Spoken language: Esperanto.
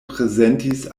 prezentis